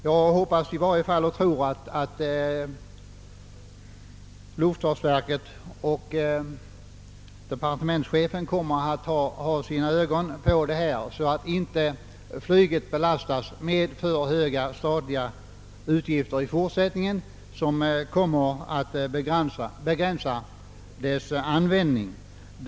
Jag hoppas och tror i varje fall, att luftfartsverket kommer att ha sina ögon riktade på detta, så att inte flyget belastas med för höga statliga avgifter i fortsättningen, vilket skulle begränsa dess användning.